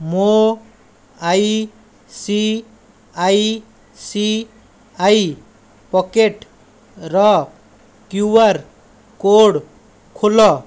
ମୋ I C I C I ପକେଟ୍ର Q R code ଖୋଲ